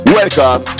welcome